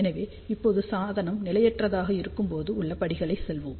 எனவே இப்போது சாதனம் நிலையற்றதாக இருக்கும்போது உள்ள படிகளுக்கு செல்வோம்